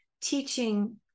teaching